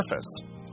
surface